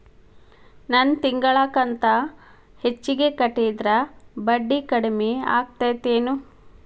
ನನ್ ತಿಂಗಳ ಕಂತ ಹೆಚ್ಚಿಗೆ ಕಟ್ಟಿದ್ರ ಬಡ್ಡಿ ಕಡಿಮಿ ಆಕ್ಕೆತೇನು?